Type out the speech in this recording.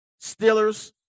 Steelers